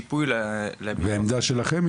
היועץ המשפטי הבנתי.